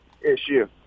issue